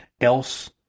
else